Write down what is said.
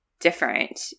different